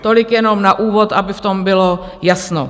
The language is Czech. Tolik jenom na úvod, aby v tom bylo jasno.